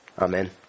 Amen